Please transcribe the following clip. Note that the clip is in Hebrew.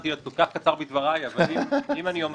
ולכן הרעיון של הוועדה הבוחנת הוא משמעותי ואם רואים